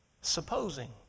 supposing